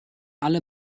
alle